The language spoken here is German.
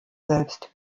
selbst